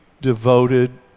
devoted